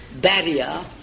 barrier